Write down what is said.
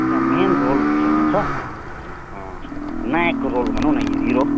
त्यहाँ main role खेल्नु छ नायकको रोल भनौँ न हिरो